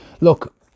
look